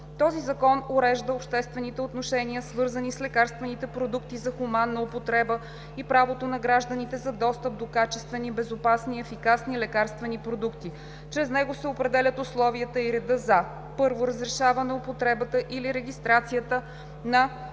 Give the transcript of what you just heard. Този закон урежда обществените отношения, свързани с лекарствените продукти за хуманна употреба и правото на гражданите за достъп до качествени, безопасни и ефикасни лекарствени продукти. Чрез него се определят условията и реда за: 1. разрешаване употребата или регистрацията на